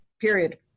period